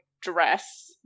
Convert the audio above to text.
dress